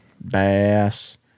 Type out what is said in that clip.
bass